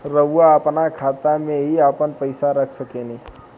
रउआ आपना खाता में ही आपन पईसा रख सकेनी